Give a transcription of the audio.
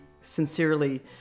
sincerely